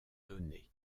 donné